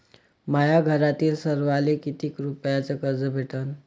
माह्या घरातील सर्वाले किती रुप्यान कर्ज भेटन?